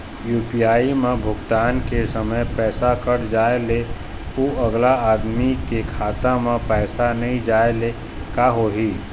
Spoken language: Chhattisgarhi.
यू.पी.आई म भुगतान के समय पैसा कट जाय ले, अउ अगला आदमी के खाता म पैसा नई जाय ले का होही?